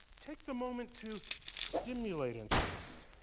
take the moment to stimulate interest.